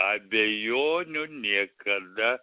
abejonių niekada